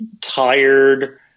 tired